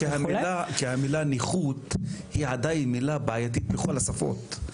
כי המילה נכות היא עדיין מילה בעייתית בכול השפות.